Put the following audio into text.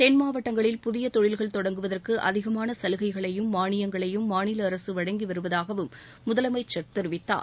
தென் மாவட்டங்களில் புதிய தொழில்கள் தொடங்குவதற்கு அதிகமான சலுகைகளையும் மானியங்களையும் மாநில அரசு வழங்கி வருவதாகவும் முதலமைச்சர் தெரிவித்தார்